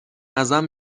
ازم